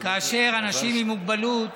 כאשר לאנשים עם מוגבלות